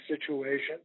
situation